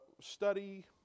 study